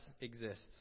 exists